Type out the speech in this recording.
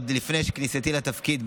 עוד לפני כניסתי לתפקיד,